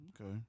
Okay